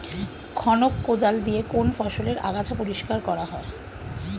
খনক কোদাল দিয়ে কোন ফসলের আগাছা পরিষ্কার করা হয়?